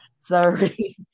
Sorry